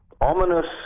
ominous